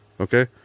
okay